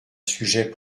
sujet